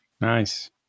Nice